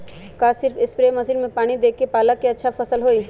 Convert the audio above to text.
का सिर्फ spray machine से पानी देके पालक के अच्छा फसल होई?